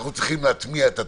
אנחנו צריכים להטמיע את התהליך,